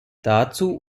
dazu